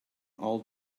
all